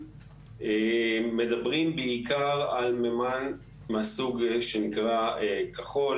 מדברים בעיקר על מימן מהסוג שנקרא כחול,